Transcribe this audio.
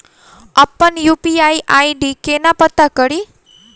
अप्पन UPI ID केना पत्ता कड़ी?